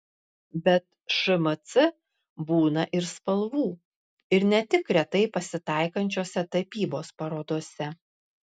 bet šmc būna ir spalvų ir ne tik retai pasitaikančiose tapybos parodose